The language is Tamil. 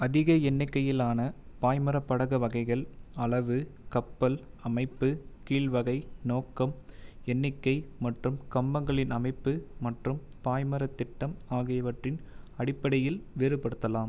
அதிக எண்ணிக்கையிலான பாய்மரப் படகு வகைகள் அளவு கப்பல் அமைப்பு கீல் வகை நோக்கம் எண்ணிக்கை மற்றும் கம்பங்களின் அமைப்பு மற்றும் பாய்மரத் திட்டம் ஆகியவற்றின் அடிப்படையில் வேறுபடுத்தப்படலாம்